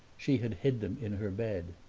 she had hid them in her bed.